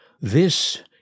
This